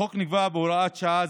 החוק נקבע בהוראת שעה,